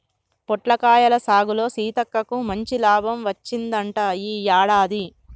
పొట్లకాయల సాగులో సీతక్కకు మంచి లాభం వచ్చిందంట ఈ యాడాది